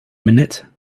minute